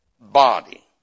body